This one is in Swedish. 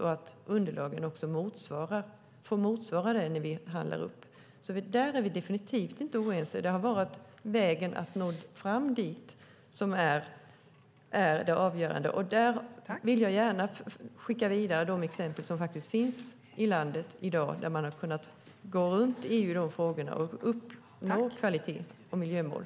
Då kan underlagen motsvara det när vi handlar upp. Där är vi definitivt inte oense, utan det är vägen som når fram till detta som är avgörande. Jag vill gärna skicka vidare de exempel som finns i landet i dag där man har kunnat gå runt EU i de här frågorna och uppnå kvalitet och miljömål.